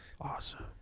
Awesome